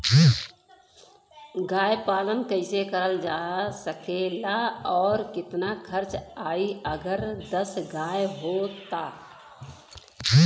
गाय पालन कइसे करल जा सकेला और कितना खर्च आई अगर दस गाय हो त?